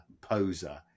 poser